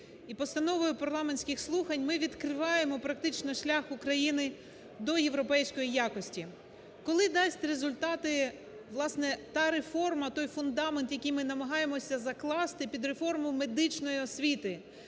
І постановою парламентських слухань ми відкриваємо практично шлях України до європейської якості. Коли дасть результати, власне, та реформа, той фундамент, який ми намагаємося закласти під реформу медичної освіти?